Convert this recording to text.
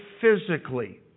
physically